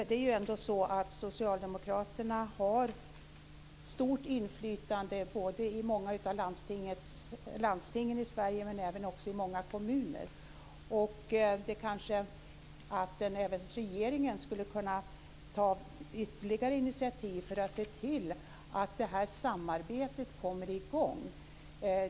Det är ändå så att Socialdemokraterna har ett stort inflytande i många av landstingen i Sverige men även i många kommuner. Kanske regeringen skulle kunna ta ytterligare initiativ för att se till att samarbetet kommer i gång.